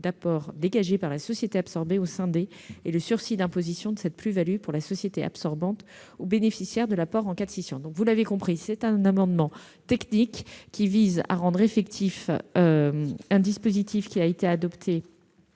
d'apport dégagée par la société absorbée ou scindée et le sursis d'imposition de cette plus-value pour la société absorbante ou bénéficiaire de l'apport en cas de scission. Vous l'avez compris, il s'agit d'un amendement technique, qui vise à rendre effectif un dispositif adopté